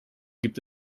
gibt